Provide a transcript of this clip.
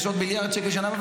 יש עוד מיליארד שקל בשנה הבאה,